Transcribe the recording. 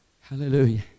Hallelujah